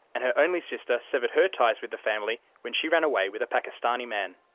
and her only sister severed her ties with the family when she ran away with a pakistani man.